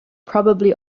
probably